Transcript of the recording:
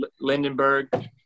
Lindenberg